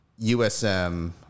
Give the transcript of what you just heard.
USM